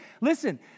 listen